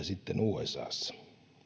sitten usassa